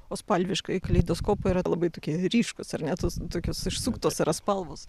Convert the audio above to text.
o spalviškai kaleidoskopai yra labai tokie ryškūs ar ne tos tokios išsuktos yra spalvos